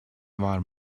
var